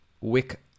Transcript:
Wick